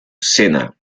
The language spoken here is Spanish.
sena